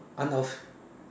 unoff~